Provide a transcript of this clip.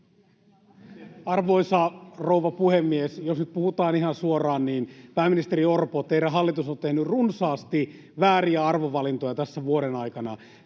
Arvoisa rouva puhemies! Jos nyt puhutaan ihan suoraan, niin pääministeri Orpo, teidän hallitus on tehnyt runsaasti vääriä arvovalintoja tässä vuoden aikana.